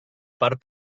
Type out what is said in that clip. part